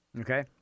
Okay